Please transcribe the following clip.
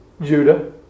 Judah